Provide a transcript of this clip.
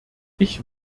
ich